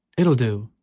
it will do,